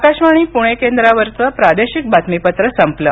आकाशवाणी पुणे केंद्रावरचं प्रादेशिक बातमीपत्र संपलं